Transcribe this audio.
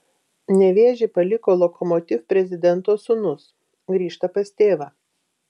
nevėžį paliko lokomotiv prezidento sūnus grįžta pas tėvą